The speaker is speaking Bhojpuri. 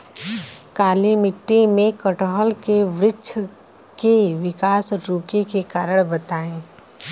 काली मिट्टी में कटहल के बृच्छ के विकास रुके के कारण बताई?